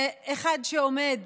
לאחד שעומד